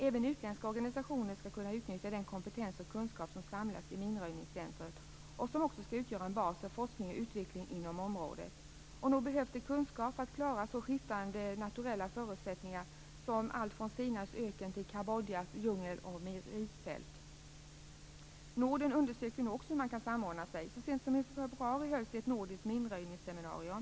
Även utländska organisationer skall kunna utnyttja den kompetens och kunskap som samlas i minröjningscentrumet, som också skall utgöra bas för forskning och utveckling inom området. Nog behövs det kunskap för att klara skiftande naturförhållanden som t.ex. Sinais öken och Kambodjas djungler och risfält. I Norden undersöker man nu också hur det kan ske en samordning. Så sent som i februari hölls ett nordiskt minröjningsseminarium.